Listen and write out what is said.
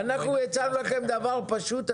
אנחנו הצענו לכם דבר פשוט.